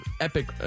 epic